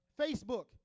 Facebook